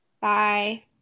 Bye